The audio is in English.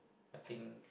I think